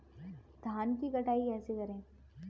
धान की कटाई कैसे करें?